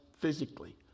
physically